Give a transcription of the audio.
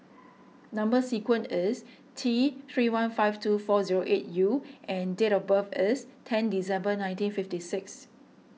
Number Sequence is T three one five two four zero eight U and date of birth is ten December nineteen fifty six